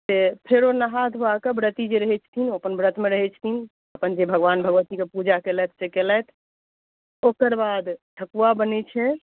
से फेरो नहा धुआकऽ व्रती जे रहै छथिन ओ अपन व्रतमे रहै छथिन अपन जे भगवान भगवतीके पूजा केलथि से केलथि ओकर बाद ठकुआ बनै छै